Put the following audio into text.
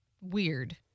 weird